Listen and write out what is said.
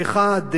שאחד,